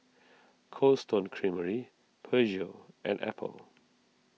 Cold Stone Creamery Peugeot and Apple